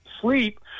sleep